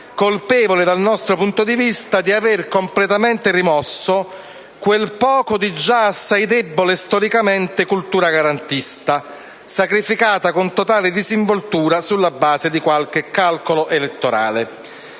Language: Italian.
colpevole dal nostro punto di vista di avere completamente rimosso quel poco di storicamente già assai debole cultura garantista, sacrificata con totale disinvoltura sulla base di qualche calcolo elettorale.